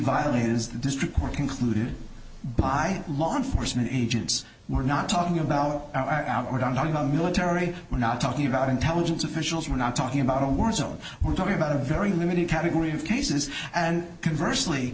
violators the district court concluded by law enforcement agents we're not talking about outward i'm talking about military we're not talking about intelligence officials we're not talking about a war zone we're talking about a very limited category of cases and converse